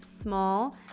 small